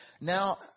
now